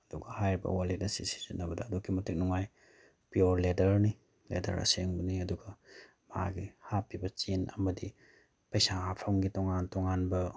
ꯑꯗꯨꯒ ꯍꯥꯏꯔꯤꯕ ꯋꯥꯂꯦꯠ ꯑꯁꯤ ꯁꯤꯖꯤꯟꯅꯕꯗ ꯑꯗꯨꯛꯀꯤ ꯃꯇꯤꯛ ꯅꯨꯡꯉꯥꯏ ꯄꯤꯌꯣꯔ ꯂꯦꯗꯔꯅꯤ ꯂꯦꯗꯔ ꯑꯁꯦꯡꯕꯅꯤ ꯑꯗꯨꯒ ꯃꯥꯒꯤ ꯍꯥꯞꯄꯤꯕ ꯆꯦꯟ ꯑꯃꯗꯤ ꯄꯩꯁꯥ ꯍꯥꯞꯐꯝꯒꯤ ꯇꯣꯉꯥꯟ ꯇꯣꯉꯥꯟꯕ